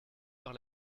par